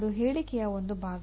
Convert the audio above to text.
ಅದು ಹೇಳಿಕೆಯ ಒಂದು ಭಾಗ